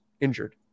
injured